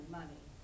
money